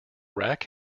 rack